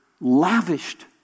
lavished